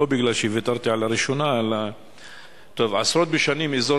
לא בגלל שוויתרתי על הראשונה: עשרות בשנים אזור